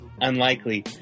unlikely